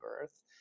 birth